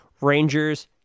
Rangers